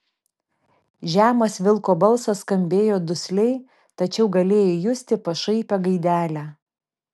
žemas vilko balsas skambėjo dusliai tačiau galėjai justi pašaipią gaidelę